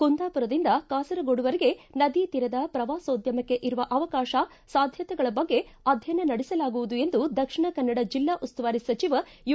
ಕುಂದಾಪುರದಿಂದ ಕಾಸರಗೋಡುವರೆಗೆ ನದಿ ತೀರದ ಪ್ರವಾಸೋದ್ಯಮಕ್ಕೆ ಇರುವ ಅವಕಾಶ ಸಾಧ್ಯತೆಗಳ ಬಗ್ಗೆ ಅಧ್ಯಯನ ನಡೆಸಲಾಗುವುದು ಎಂದು ದಕ್ಷಿಣ ಕನ್ನಡ ಜಿಲ್ಲಾ ಉಸ್ತುವಾರಿ ಸಚಿವ ಯು